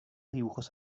dibujos